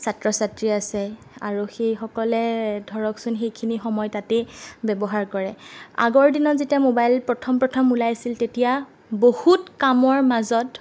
ছাত্ৰ ছাত্ৰী আছে আৰু সেইসকলে ধৰকচোন সেই সময়খিনি তাতেই ব্যৱহাৰ কৰে আগৰ দিনত যেতিয়া মোবাইল প্ৰথম প্ৰথম ওলাইছিল তেতিয়া বহুত কামৰ মাজত